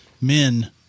men